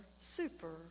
super